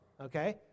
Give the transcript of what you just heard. okay